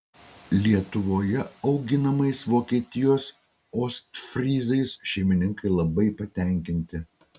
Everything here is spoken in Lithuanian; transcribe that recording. lietuvoje auginamais vokietijos ostfryzais šeimininkai labai patenkinti